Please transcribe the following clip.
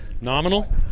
Nominal